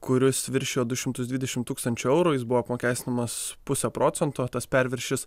kuris viršijo du šimtus dvidešimt tūkstančių eurų jis buvo apmokestinamas puse procento tas perviršis